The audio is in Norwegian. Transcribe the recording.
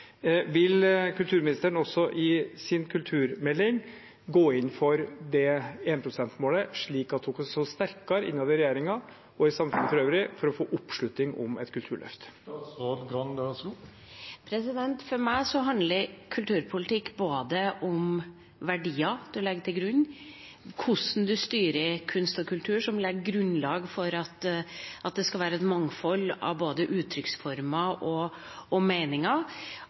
Vil kulturministeren også i sin kulturmelding gå inn for det 1 pst.-målet, slik at hun kan stå sterkere innad i regjeringen, og i samfunnet for øvrig, for å få oppslutning om et kulturløft? For meg handler kulturpolitikk både om hvilke verdier man legger til grunn, og om hvordan man styrer kunst og kultur, som legger grunnlag for at det skal være et mangfold av både uttrykksformer og meninger. Dypest sett mener jeg at all kunst og